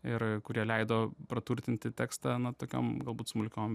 ir kurie leido praturtinti tekstą na tokiom galbūt smulkiom